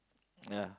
yeah